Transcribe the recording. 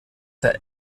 der